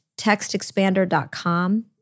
TextExpander.com